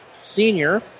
senior